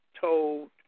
told